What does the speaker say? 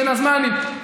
בין הזמנים.